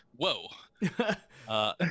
whoa